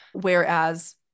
Whereas-